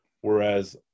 Whereas